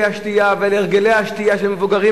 השתייה ועל הרגלי השתייה של המבוגרים,